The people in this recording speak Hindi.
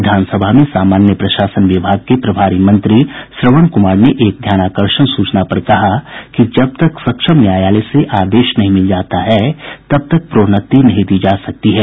विधानसभा में सामान्य प्रशासन विभाग के प्रभारी मंत्री श्रवण कुमार ने एक ध्यानाकर्षण सूचना पर कहा कि जब तक सक्षम न्यायालय से आदेश नहीं मिल जाता है तब तक प्रोन्नति नहीं दी जा सकती है